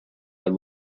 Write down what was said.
are